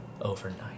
overnight